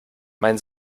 mein